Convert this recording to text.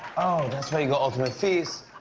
oh, that's right. you go ultimate feast.